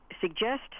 suggest